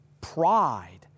pride